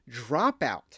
dropout